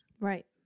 Right